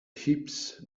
heaps